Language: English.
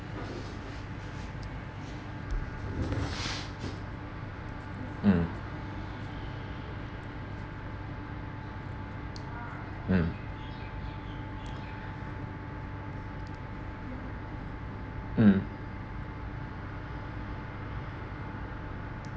mm mm mm